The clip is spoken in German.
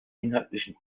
inhaltlichen